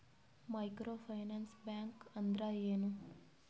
Micro finance bank ಅಂದ್ರ ಏನು?